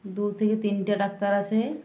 দু থেকে তিনটে ডাক্তার আছে